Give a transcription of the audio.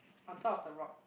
on top of the rock